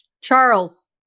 Charles